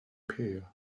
peer